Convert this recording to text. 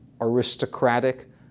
aristocratic